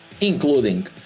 including